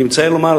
אני מצטער לומר,